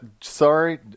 sorry